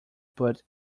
put